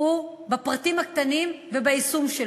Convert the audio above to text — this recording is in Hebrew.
היא בפרטים הקטנים וביישום.